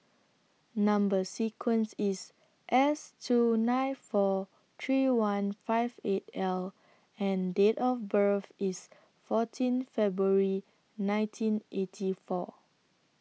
Number sequence IS S two nine four three one five eight L and Date of birth IS fourteen February nineteen eighty four